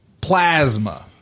plasma